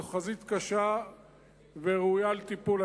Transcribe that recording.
זו חזית קשה וראויה לטיפול.